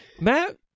Matt